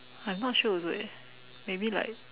I'm not sure also eh maybe like